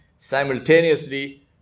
Simultaneously